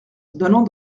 donnant